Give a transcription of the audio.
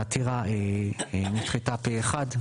העתירה נדחתה פה אחד,